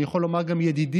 אני יכול לומר גם ידידי,